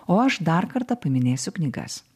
o aš dar kartą paminėsiu knygas